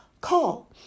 call